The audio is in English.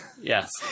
Yes